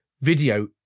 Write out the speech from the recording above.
video